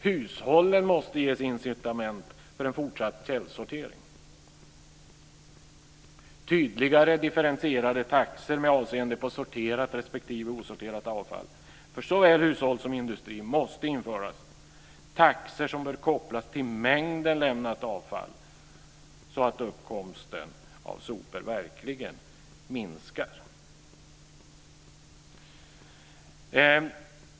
Hushållen måste ges incitament för en fortsatt källsortering. Tydligare differentierade taxor med avseende på sorterat respektive osorterat avfall för såväl hushåll som industri måste införas, taxor som bör kopplas till mängden lämnat avfall, så att uppkomsten av sopor verkligen minskar.